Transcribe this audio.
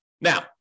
Now